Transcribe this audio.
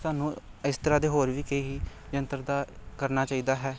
ਸਾਨੂੰ ਇਸ ਤਰ੍ਹਾਂ ਦੇ ਹੋਰ ਵੀ ਕਈ ਯੰਤਰ ਦਾ ਕਰਨਾ ਚਾਹੀਦਾ ਹੈ